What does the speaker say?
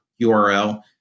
URL